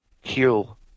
heal